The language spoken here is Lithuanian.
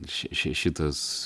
šia čia šitas